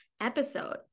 episode